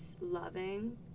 loving